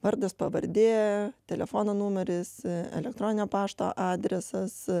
vardas pavardė telefono numeris elektroninio pašto adresas